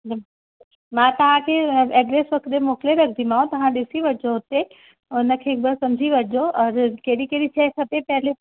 न मां तव्हांखे एड्रेस मोकिले रखंदीमाव तव्हां ॾिसी वठिजो उते उनखे हिक बार सम्झी वठिजो और कहिड़ी कहिड़ी शइ खपे पहिरीं